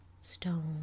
stone